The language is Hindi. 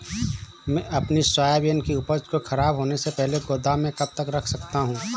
मैं अपनी सोयाबीन की उपज को ख़राब होने से पहले गोदाम में कब तक रख सकता हूँ?